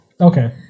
Okay